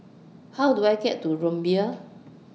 How Do I get to Rumbia